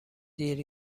دیر